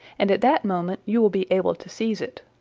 and at that moment you will be able to seize it.